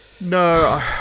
No